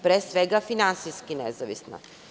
Pre svega, finansijski nezavisna.